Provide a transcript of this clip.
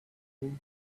you